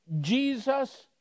Jesus